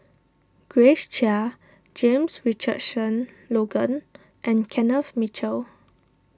Grace Chia James Richardson Logan and Kenneth Mitchell